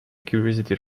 curiosity